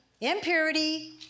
impurity